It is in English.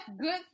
good